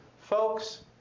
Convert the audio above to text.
folks